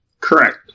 Correct